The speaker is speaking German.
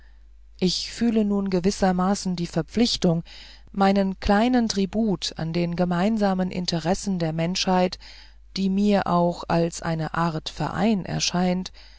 ich fühle nun gewissermaßen die verpflichtung meinen kleinen tribut an den gemeinsamen interessen der menschheit die mir auch als eine art verein erscheint